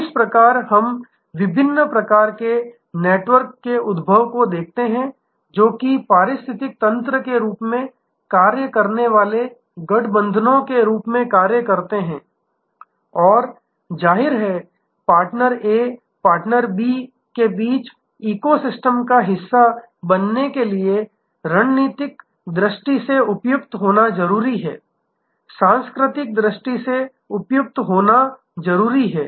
इस प्रकार हम विभिन्न प्रकार के नेटवर्क के उद्भव को देखते हैं जो कि पारिस्थितिकी तंत्र के रूप में कार्य करने वाले गठबंधनों के रूप में कार्य करते हैं और जाहिर है पार्टनर ए पार्टनर बी के बीच इकोसिस्टम का हिस्सा बनने के लिए रणनीतिक दृष्टि से उपयुक्त होना जरूरी है सांस्कृतिक दृष्टि से उपयुक्त होना जरूरी है